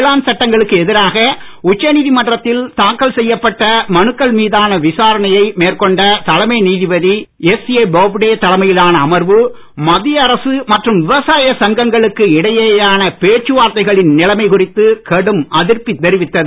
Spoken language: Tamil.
வேளாண் சட்டங்களுக்கு எதிராக உச்ச நீதிமன்றத்தில் தாக்கல் செய்யப்பட்ட மனுக்கள் மீதான விசாரணையை மேற்கொண்ட தலைமை நீதிபதி எஸ்ஏ போப்பே தலைமையிலான அமர்வு மத்திய அரசு மற்றும் விவசாய சங்கங்களுக்கு இடையேயான பேச்சுவார்த்தைகளின் நிலமை குறித்து கடும் அதிருப்தி தெரிவித்தது